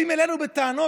באים אלינו בטענות,